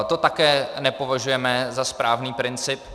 To také nepovažujeme za správný princip.